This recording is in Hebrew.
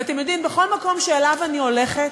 ואתם יודעים, בכל מקום שאליו אני הולכת